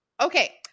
Okay